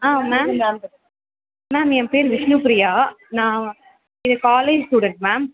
ஆ ma'am ma'am என் பேரு விஷ்ணுப்ரியா நான் வ இது காலேஜ் ஸ்டூடெண்ட் மேம்